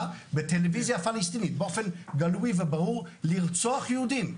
בטלוויזיה הפלסטינית באופן גלוי וברור לרצוח יהודים.